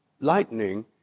Lightning